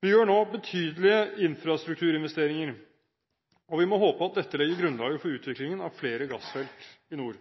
Vi gjør nå betydelige infrastrukturinvesteringer, og vi må håpe at dette legger grunnlaget for utviklingen av flere gassfelt i nord.